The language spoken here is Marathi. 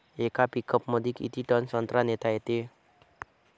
येका पिकअपमंदी किती टन संत्रा नेता येते?